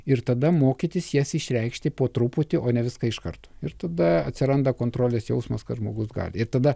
ir tada mokytis jas išreikšti po truputį o ne viską iškart ir tada atsiranda kontrolės jausmas kad žmogus ir tada